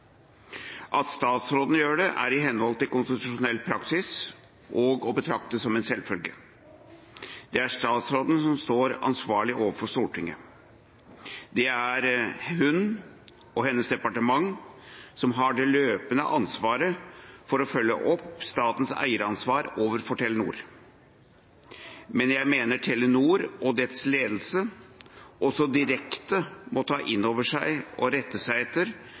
At statsråden gjør det, er i henhold til konstitusjonell praksis og å betrakte som en selvfølge. Det er statsråden som står ansvarlig overfor Stortinget. Det er hun og hennes departement som har det løpende ansvaret for å følge opp statens eieransvar overfor Telenor. Men jeg mener Telenor og dets ledelse også direkte må ta inn over seg og rette seg etter